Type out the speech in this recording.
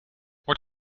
what